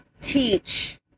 teach